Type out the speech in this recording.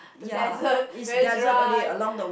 the desert very dry